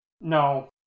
No